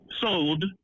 sold